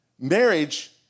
marriage